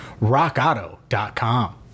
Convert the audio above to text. rockauto.com